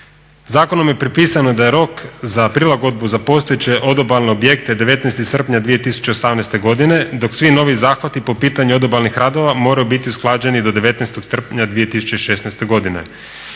Zakonom je propisano da je rok za prilagodbu za postojeće odobalne objekte 19. srpnja 2018. godine, dok svi novi zahvati po pitanju odobalnih radova moraju biti usklađeni do 19. srpnja 2016. godine.